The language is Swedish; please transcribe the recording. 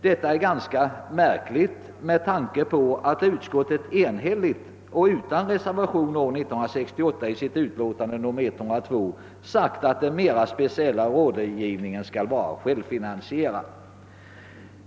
Detta är ganska märkligt med tanke på att ut skottet enhälligt och utan någon reservation år 1968 i sitt utlåtande nr 102 uttalade att den mera speciella rådgivningen skall vara självfinansierad.